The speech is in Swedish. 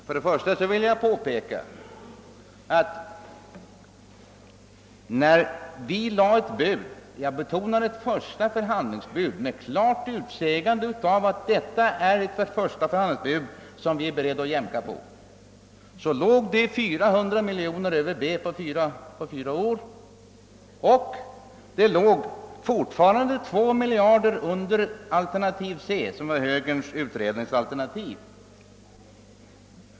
För det första vill jag påpeka, att när vi lade ett bud under klart uttalande av att det var ett första förhandlingsbud, som vi var beredda att jämka på, så låg det 400 miljoner över alternativ B på fyra år och 2 miljarder under alternativ C, som var högerns utredningsalternativ.